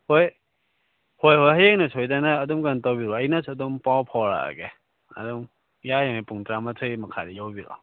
ꯍꯣꯏ ꯍꯣꯏ ꯍꯣꯏ ꯍꯌꯦꯡꯗꯣ ꯁꯣꯏꯗꯅ ꯑꯗꯨꯝ ꯀꯩꯅꯣ ꯇꯧꯕꯤꯔꯣ ꯑꯩꯅꯁꯨ ꯑꯗꯨꯝ ꯄꯥꯎ ꯐꯥꯎꯔꯛꯑꯒꯦ ꯑꯗꯨꯝ ꯌꯥꯔꯤꯉꯩ ꯄꯨꯡ ꯇꯔꯥꯃꯊꯣꯏ ꯃꯈꯥꯏꯗ ꯌꯧꯕꯤꯔꯛꯑꯣ